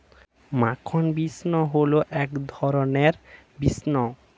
মাখন বিন্স হল এক ধরনের বিন্স